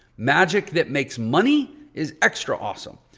magic that makes money is extra awesome.